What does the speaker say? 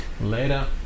Later